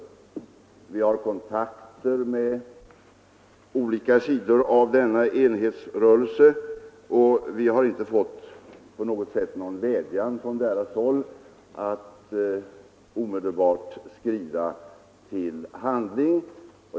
Vi har kontakter med olika sidor av denna enhetsrörelse, och vi har inte på något sätt fått någon vädjan från den om att omedelbart skrida till handling.